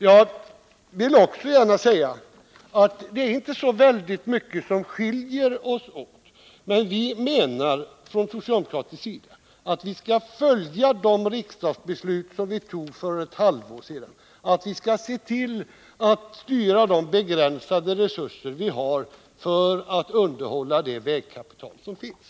Jag vill också gärna säga att det inte är så mycket som skiljer oss åt, men från socialdemokratisk sida menar vi att vi skall följa de riksdagsbeslut vi fattade för ett halvår sedan och se till att styra de begränsade resurser vi har för att underhålla det vägkapital som finns.